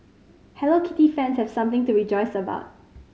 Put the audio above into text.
Hello Kitty fans have something to rejoice about